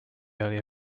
earlier